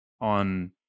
on